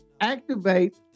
activate